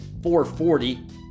440